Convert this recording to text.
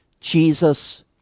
Jesus